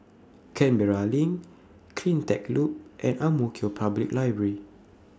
Canberra LINK CleanTech Loop and Ang Mo Kio Public Library